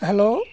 hello